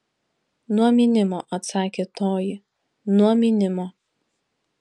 nuo mynimo atsakė toji nuo mynimo